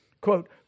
quote